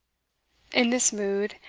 in this mood,